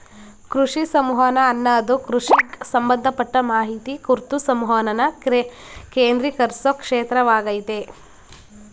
ಕೃಷಿ ಸಂವಹನ ಅನ್ನದು ಕೃಷಿಗ್ ಸಂಬಂಧಪಟ್ಟ ಮಾಹಿತಿ ಕುರ್ತು ಸಂವಹನನ ಕೇಂದ್ರೀಕರ್ಸೊ ಕ್ಷೇತ್ರವಾಗಯ್ತೆ